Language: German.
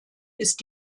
ist